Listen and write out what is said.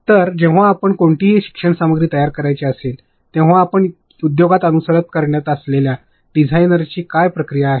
तर जेव्हा आपणला कोणतीही शिक्षण सामग्री तयार करायची असेल तेव्हा आपण उद्योगात अनुसरण करत असलेल्या डिझाइनची प्रक्रिया काय आहे